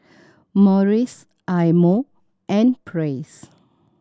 Morries Eye Mo and Praise